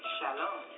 Shalom